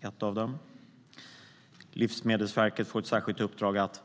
Regeringen ska ge Livsmedelsverket ett särskilt uppdrag att